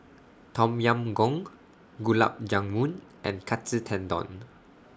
Tom Yam Goong Gulab Jamun and Katsu Tendon